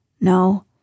No